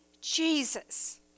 Jesus